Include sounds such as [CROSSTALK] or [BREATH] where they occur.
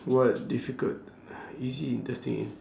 what difficult [BREATH] easy interesting